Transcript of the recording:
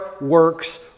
works